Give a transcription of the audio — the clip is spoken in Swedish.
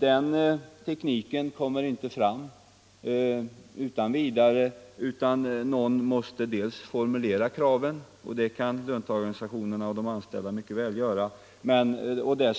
Den tekniken kommer inte fram utan vidare. Dels måste någon formulera kraven — det kan löntagarorganisationerna och de anställda mycket väl göra — dels